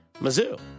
Mizzou